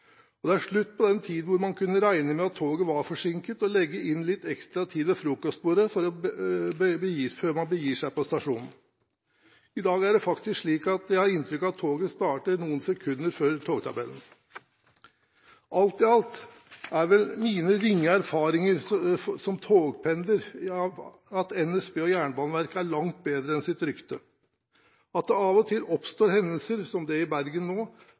og det er slutt på den tiden hvor man kunne regne med at toget var forsinket og legge inn litt ekstra tid ved frokostbordet før man bega seg til stasjonen. I dag er det faktisk slik at jeg har inntrykk av at toget starter noen sekunder før togtabellen. Alt i alt er vel mine ringe erfaringer som togpendler at NSB og Jernbaneverket er langt bedre enn sitt rykte. At det av og til oppstår hendelser som den i Bergen nå,